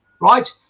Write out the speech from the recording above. Right